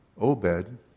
Obed